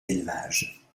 élevages